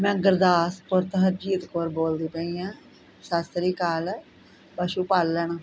ਮੈਂ ਗੁਰਦਾਸਪੁਰ ਤੋਂ ਹਰਜੀਤ ਕੌਰ ਬੋਲਦੀ ਪਈ ਹਾਂ ਸਤਿ ਸ਼੍ਰੀ ਅਕਾਲ ਪਸ਼ੂ ਪਾਲਣ